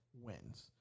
Wins